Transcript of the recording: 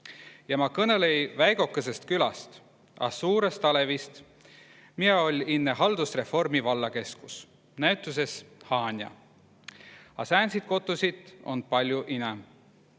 Ja ma kõnõlõ‑i väigokõsõst külast, a suurõst alõvist, mia oll inne haldusrehvormi vallakeskus. Näütusõs Haanja. A sääntsit kotussit on pall'o inäp.